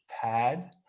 pad